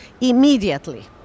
immediately